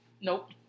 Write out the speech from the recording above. Nope